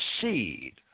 seed